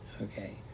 okay